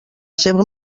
seva